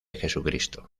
jesucristo